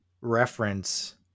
reference